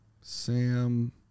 Sam